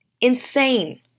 insane